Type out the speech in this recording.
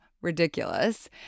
ridiculous